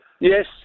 Yes